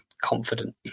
confident